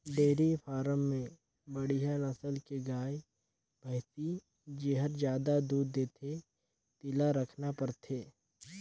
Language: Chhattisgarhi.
डेयरी फारम में बड़िहा नसल के गाय, भइसी जेहर जादा दूद देथे तेला रखना परथे